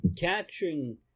catching